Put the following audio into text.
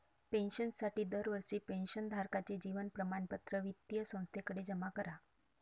पेन्शनसाठी दरवर्षी पेन्शन धारकाचे जीवन प्रमाणपत्र वित्तीय संस्थेकडे जमा करा